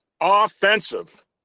offensive